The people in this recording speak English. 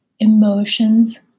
emotions